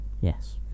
Yes